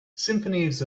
symphonies